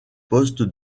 poste